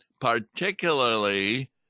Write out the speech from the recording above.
particularly